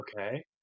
okay